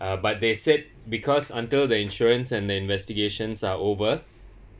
uh but they said because until the insurance and the investigations are over